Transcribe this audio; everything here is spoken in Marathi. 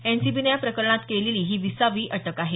एनसीबीने या प्रकरणात केलेली ही विसावी अटक आहे